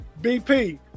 BP